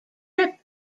trip